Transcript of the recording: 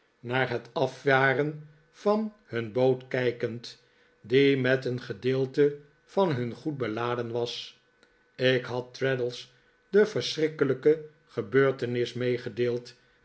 naar het afvaren van een boot kijkend die met een gedeelte van hun goed beladen was ik had traddles de verschrikkelijke gebeurtenis meegedeeld